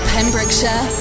Pembrokeshire